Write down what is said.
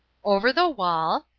over the wall?